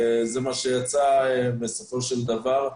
זה מה שיצא בסופו של דבר.